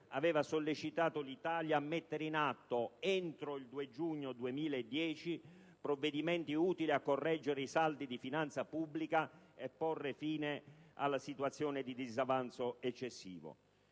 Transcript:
aveva sollecitato l'Italia a mettere in atto, entro il 2 giugno 2010, provvedimenti utili a correggere i saldi di finanza pubblica e porre fine alla situazione di disavanzo eccessivo.